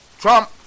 Trump